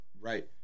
right